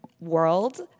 world